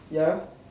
ya